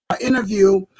interview